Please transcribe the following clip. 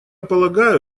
полагаю